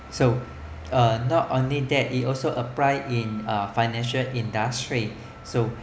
so uh not only that it's also applied in a financial industry so